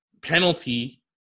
penalty